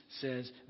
says